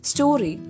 Story